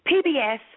PBS